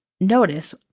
notice